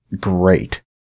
great